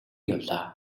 явлаа